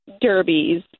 derbies